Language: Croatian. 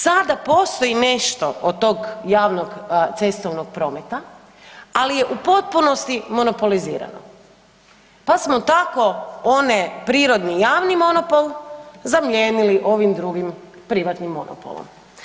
Sada postoji nešto od tog javnog cestovnog prometa, ali je u potpunosti monopoliziran, pa smo tako one prirodni-javni monopol zamijenili ovim drugim privatnim monopolom.